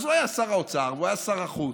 אז הוא היה שר האוצר והוא היה שר החוץ,